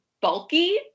bulky